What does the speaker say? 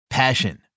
Passion